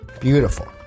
Beautiful